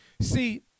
See